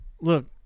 Look